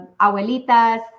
abuelitas